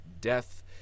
death